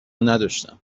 نداشتم